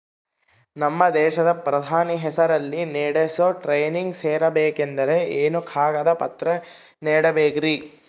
ನಮ್ಮ ದೇಶದ ಪ್ರಧಾನಿ ಹೆಸರಲ್ಲಿ ನಡೆಸೋ ಟ್ರೈನಿಂಗ್ ಸೇರಬೇಕಂದರೆ ಏನೇನು ಕಾಗದ ಪತ್ರ ನೇಡಬೇಕ್ರಿ?